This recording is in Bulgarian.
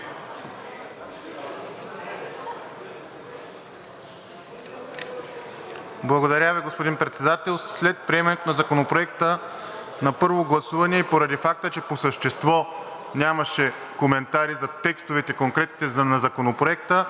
Благодаря, господин Председател. След приемането на Законопроекта на първо гласуване и поради факта, че по същество нямаше коментари за конкретните текстове на Законопроекта,